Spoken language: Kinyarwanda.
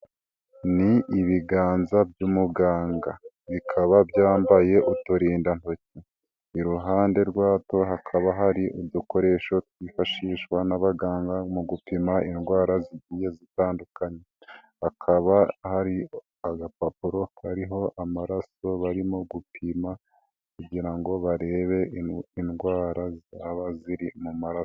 Ni ibiganza by'umuganga bikaba byambaye uturindantoki, iruhande rwabyo hakaba hari udukoresho twifashishwa n'abaganga mu gupima indwara zitandukanye, hakaba hari agapapuro kariho amaraso barimo gupima, kugira ngo barebe indwara zaba ziri mu maraso.